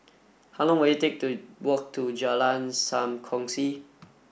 how long will it take to walk to Jalan Sam Kongsi